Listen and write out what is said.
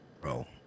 Bro